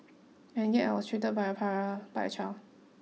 and yet I was treated like a pariah by a child